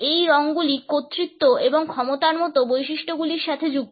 এই রঙগুলি কর্তৃত্ব এবং ক্ষমতার মতো বৈশিষ্ট্যগুলির সাথে যুক্ত